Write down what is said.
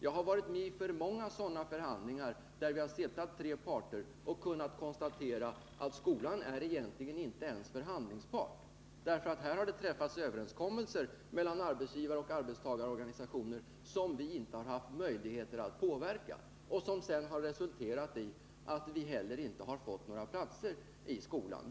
Jag har deltagit i alltför många förhandlingar där tre parter bara fått konstaterat att skolan egentligen inte alls är förhandlingspart. Det har träffats överenskommelser mellan arbetsgivaroch arbetstagarorganisationer som vi inte har haft möjlighet att påverka och som sedan har resulterat i att vi inte heller har fått några platser i skolan.